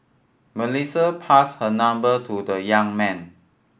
Melissa passed her number to the young man